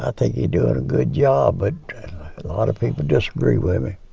i think he's doing a good job, but a lot of people disagree with me.